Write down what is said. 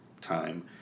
time